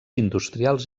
industrials